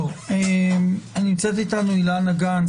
אילנה גנס,